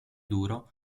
duro